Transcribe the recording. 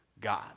God